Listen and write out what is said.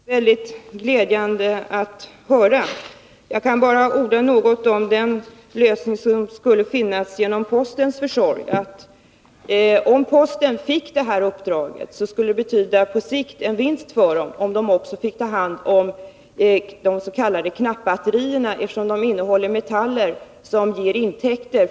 Herr talman! Det var mycket glädjande att höra detta. Jag vill då bara säga något om den förvaring som kan ske genom postens försorg. Om posten fick detta uppdrag, skulle det på sikt innebära en vinst för verket, åtmistone om det också fick ta hand om de s.k. knappbatterierna, eftersom dessa innehåller metaller som kan ge intäkter.